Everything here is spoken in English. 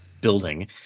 building